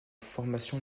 formation